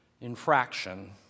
infraction